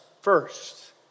first